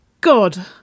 God